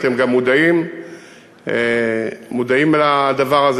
אתם גם מודעים לדבר הזה,